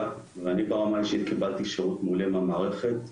ואני ברמה האישית קיבלתי שירות מעולה מהמערכת,